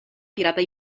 pirata